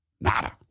Nada